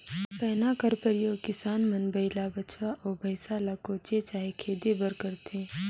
पैना का परियोग किसान मन बइला, बछवा, अउ भइसा ल कोचे चहे खेदे बर करथे